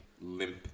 limp